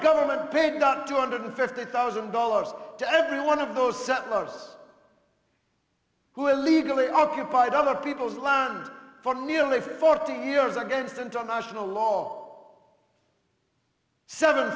government paid out two hundred fifty thousand dollars to every one of those settlers who illegally occupied other people's lungs for nearly forty years against international law seven